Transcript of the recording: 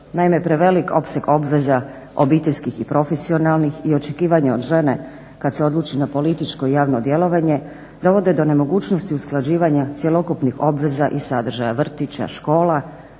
Naime, prevelik opseg obveze obiteljskih i profesionalnih i očekivanje od žene kad se odluči na političko javno djelovanje dovode do nemogućnosti usklađivanja cjelokupnih obveza i sadržaja, vrtića, škola